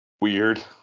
weird